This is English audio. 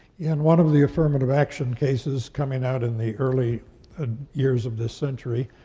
and one of the affirmative action cases coming out in the early ah years of this century